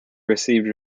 received